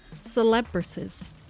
celebrities